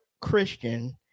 Christian